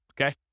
okay